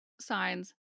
Signs